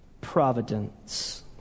providence